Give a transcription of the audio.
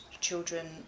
children